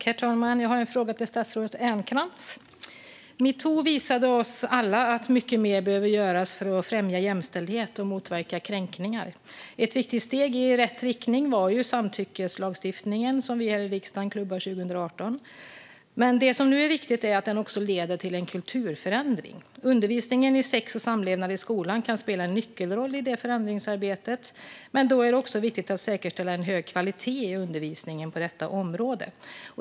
Herr talman! Jag har en fråga till statsrådet Ernkrans. Metoo visade oss alla att mycket mer behöver göras för att främja jämställdhet och motverka kränkningar. Ett viktigt steg i rätt riktning var samtyckeslagstiftningen som vi klubbade här i riksdagen 2018. Nu är det viktigt att den också leder till en kulturförändring. Undervisningen i sex och samlevnad i skolan kan spela en nyckelroll i det förändringsarbetet, men då är det också viktigt att säkerställa en hög kvalitet i undervisningen på detta område.